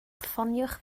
ffoniwch